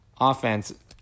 Offense